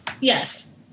Yes